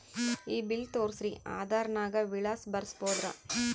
ಈ ಬಿಲ್ ತೋಸ್ರಿ ಆಧಾರ ನಾಗ ವಿಳಾಸ ಬರಸಬೋದರ?